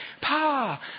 pa